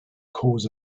cause